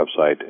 website